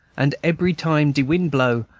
and ebry time de wind blow,